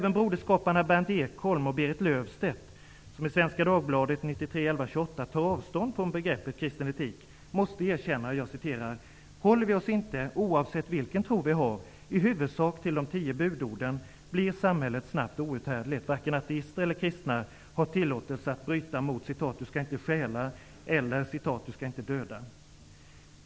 november 1993 tar avstånd från begreppet ''kristen etik'', måste erkänna: ''Men håller vi oss inte, oavsett vilken tro vi har, i huvudsak till de tio budorden blir samhället snabbt outhärdligt. Varken ateister eller kristna har tillåtelse att bryta mot `du skall icke stjäla' eller `du skall icke döda'.''